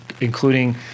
including